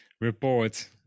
report